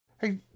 Hey